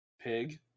Pig